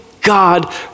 God